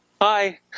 Hi